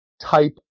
type